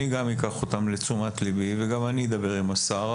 גם אני אקח אותן לתשומת ליבי וגם אני אדבר עם השר,